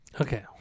Okay